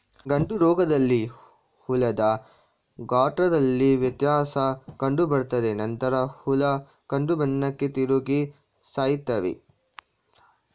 ಗಂಟುರೋಗದಲ್ಲಿ ಹುಳದ ಗಾತ್ರದಲ್ಲಿ ವ್ಯತ್ಯಾಸ ಕಂಡುಬರ್ತದೆ ನಂತರ ಹುಳ ಕಂದುಬಣ್ಣಕ್ಕೆ ತಿರುಗಿ ಸಾಯ್ತವೆ